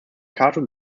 cato